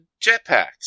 jetpacks